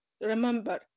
remember